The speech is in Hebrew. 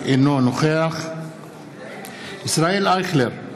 אינו נוכח ישראל אייכלר,